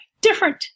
different